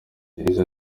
yagize